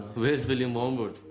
where's william wormwood?